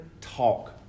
talk